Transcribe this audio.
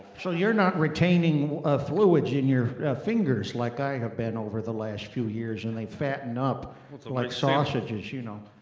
so you're not retaining fluids in your fingers like i have been over the last few years and they fatten up like sausages, you know.